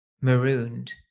marooned